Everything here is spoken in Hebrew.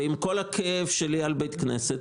עם כל הכאב שלי על בית כנסת,